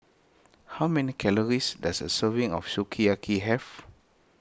how many calories does a serving of Sukiyaki have